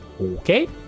Okay